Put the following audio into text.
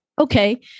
Okay